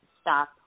stop